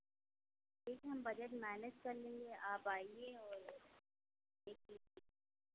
ठीक है हम बजट मैनेज कर लेंगे आप आइए और देख लीजिए